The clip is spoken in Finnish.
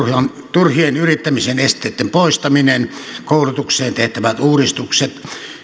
turhien yrittämisen esteitten poistaminen koulutukseen tehtävät uudistukset